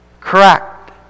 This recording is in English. correct